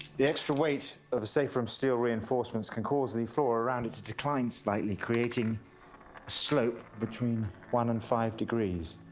the extra weight of a safe room steel reinforcements can cause the floor around it decline slightly, creating. a slope between one and five degrees.